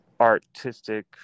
artistic